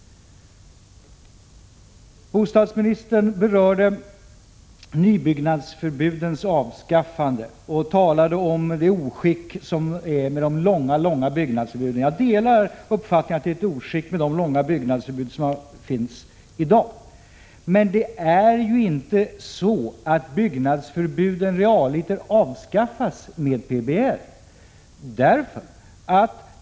Bostadsministern berörde nybyggnadsförbudens avskaffande och talade om det oskick som de långa byggnadsförbuden innebär. Jag delar uppfattningen att de långa byggnadsförbud som finns i dag är ett oskick. Men det är inte så att byggnadsförbuden realiter avskaffas med PBL.